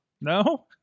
no